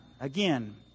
Again